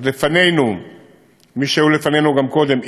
אז מי שהיו לפנינו גם קודם,